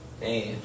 Man